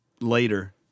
later